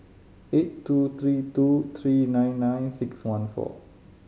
eight two three two three nine nine six one four